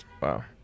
Wow